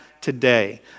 today